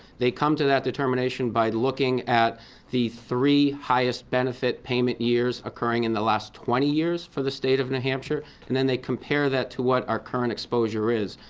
they come to that determination by looking at the three highest benefit payment years occurring in the last twenty years for the state of new hampshire and then they compare that to what our current exposure is.